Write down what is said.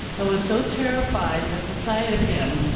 and was so terrified at the sight of him